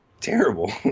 terrible